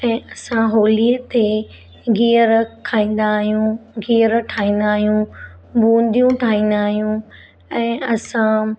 ऐं असां होलीअ ते घीअर खाईंदा आहियूं घीअर ठाईंदा आहियूं बूंदियूं ठाईंदा आहियूं ऐं असां